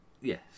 Yes